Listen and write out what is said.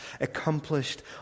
accomplished